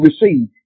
receive